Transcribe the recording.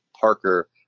Parker